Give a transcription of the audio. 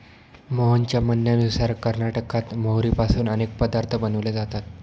मोहनच्या म्हणण्यानुसार कर्नाटकात मोहरीपासून अनेक पदार्थ बनवले जातात